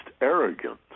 arrogant